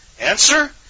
Answer